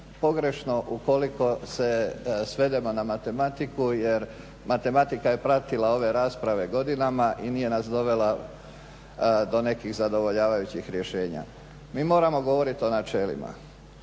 pogrešno ukoliko se svedemo na matematiku jer matematika je pratila ove rasprave godinama i nije nas dovela do nekih zadovoljavajućih rješenja. Mi moramo govoriti o načelima.